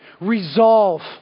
Resolve